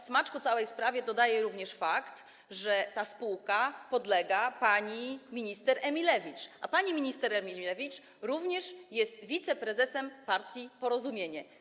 Smaczku całej sprawie dodaje również fakt, że ta spółka podlega pani minister Emilewicz, a pani minister Emilewicz jest wiceprezesem partii Porozumienie.